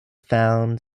found